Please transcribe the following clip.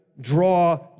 draw